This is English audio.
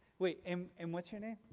wait um and what's your name?